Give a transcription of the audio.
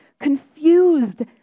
Confused